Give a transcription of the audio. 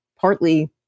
partly